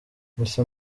misa